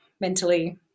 mentally